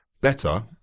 better